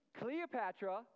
Cleopatra